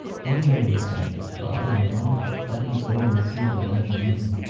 one day he said, father and mother, let me go and see other men and women.